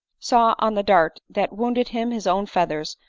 saw on the dart that wounded him his own feathers,